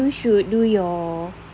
you should do your